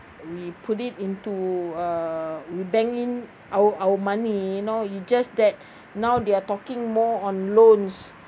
we put it into uh we bank in our our money you know you just that now they're talking more on loans